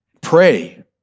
Pray